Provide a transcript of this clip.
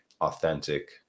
authentic